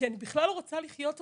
כי אני בכלל לא רוצה לחיות אותם.